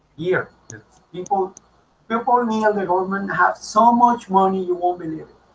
here people people in the ah the government and have so much money. you won't believe it